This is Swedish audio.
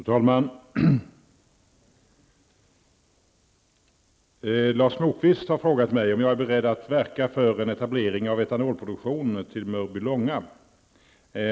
Fru talman! Lars Moquist har frågat mig om jag är beredd att verka för en etablering av etanolproduktion till Mörbylånga.